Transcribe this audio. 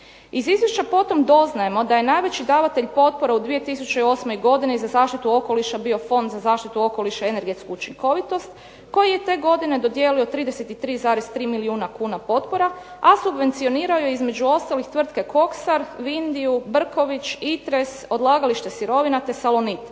Iz Izvješća potom doznajemo da je najveći davatelj potpore u 2008. godini za zaštitu okoliša bio Fond za zaštitu okoliša i energetsku učinkovitost koji je te godine dodijelio 33,3 milijuna kuna potpora, a subvencionirao je između ostalih tvrtke Koksar, Vindiju, Brković, Itres, odlagalište sirovina, te Salonit.